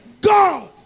God